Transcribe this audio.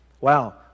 Wow